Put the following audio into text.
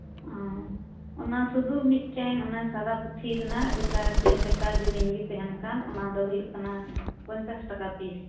ᱚᱻ ᱚᱱᱟ ᱥᱩᱫᱩ ᱢᱤᱫᱴᱮᱱ ᱚᱱᱟ ᱥᱟᱫᱟ ᱯᱩᱛᱷᱤ ᱨᱮᱱᱟᱜ ᱡᱮᱴᱟ ᱪᱮᱱ ᱞᱮᱠᱟ ᱡᱮᱞᱮᱧ ᱜᱮ ᱛᱮᱦᱮᱱ ᱠᱟᱱ ᱚᱱᱟ ᱫᱚ ᱦᱩᱭᱩᱜ ᱠᱟᱱᱟ ᱯᱚᱧᱪᱟᱥ ᱴᱟᱠᱟ ᱯᱤᱥ